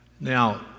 Now